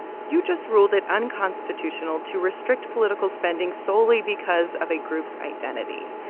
you just ruled it unconstitutional to restrict political spending solely because of a group's identity.